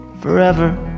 forever